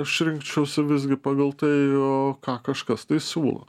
aš rinkčiausi visgi pagal tai o ką kažkas tai siūlo